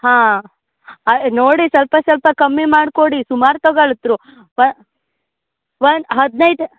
ಹಾಂ ನೋಡಿ ಸ್ವಲ್ಪ ಸ್ವಲ್ಪ ಕಮ್ಮಿ ಮಾಡಿಕೊಡಿ ಸುಮಾರು ತಗೊಳ್ತ್ರು ಒನ್ ಒನ್ ಹದಿನೈದು